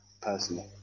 Personally